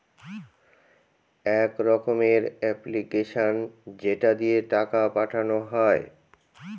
এক রকমের এপ্লিকেশান যেটা দিয়ে টাকা পাঠানো হয়